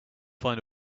find